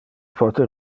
pote